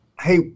Hey